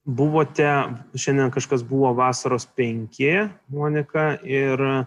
buvote šiandien kažkas buvo vasaros penki monika ir